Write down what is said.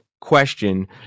question